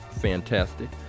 fantastic